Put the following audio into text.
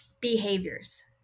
behaviors